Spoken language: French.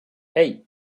hey